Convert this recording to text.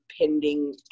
pending